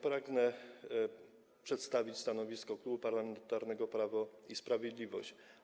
Pragnę przedstawić stanowisko Klubu Parlamentarnego Prawo i Sprawiedliwość.